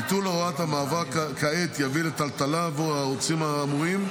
ביטול הוראת המעבר כעת יביא לטלטלה עבור הערוצים האמורים,